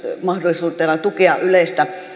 mahdollisuutena tukea yleistä